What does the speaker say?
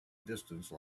distance